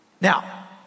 Now